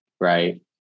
right